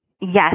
Yes